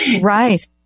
Right